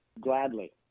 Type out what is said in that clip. gladly